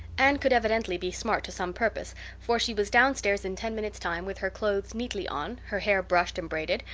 anne could evidently be smart to some purpose for she was down-stairs in ten minutes' time, with her clothes neatly on, her hair brushed and braided,